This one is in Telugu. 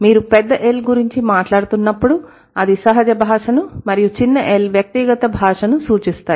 మీరు పెద్ద L గురించి మాట్లాడు తున్నప్పుడు అది సహజ భాషను మరియు చిన్నl వ్యక్తిగత భాషను సూచిస్తాయి